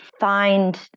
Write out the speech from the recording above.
find